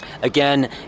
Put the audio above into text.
Again